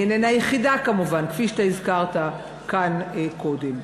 היא איננה יחידה, כפי שהזכרת כאן קודם.